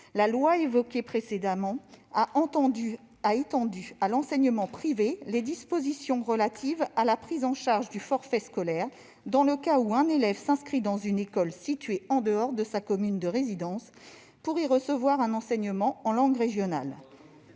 La loi précédemment évoquée a étendu à l'enseignement privé les dispositions relatives à la prise en charge du forfait scolaire dans le cas où un élève s'inscrit dans une école située en dehors de sa commune de résidence pour y recevoir un enseignement en langue régionale.